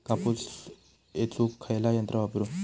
कापूस येचुक खयला यंत्र वापरू?